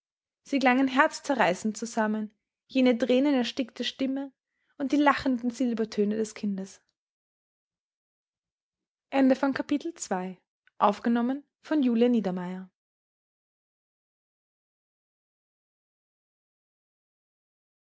sie klangen herzzerreißend zusammen jene thränenerstickte stimme und die lachenden silbertöne des kindes